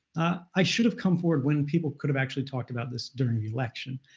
ah i should have come forward when people could have actually talked about this during the election.